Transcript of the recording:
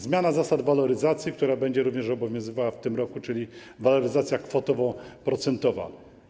Zmiana zasad waloryzacji, która będzie również obowiązywała w tym roku, czyli waloryzacja kwoto-procentowa.